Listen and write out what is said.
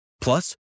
Plus